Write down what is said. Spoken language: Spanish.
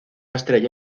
estrella